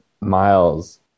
Miles